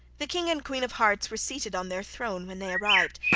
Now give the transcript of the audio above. the king and queen of hearts were seated on their throne when they arrived,